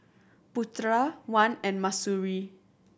Putra Wan and Mahsuri